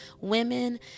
women